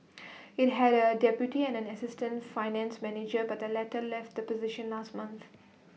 IT had A deputy and an assistant finance manager but the latter left the position last month